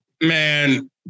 man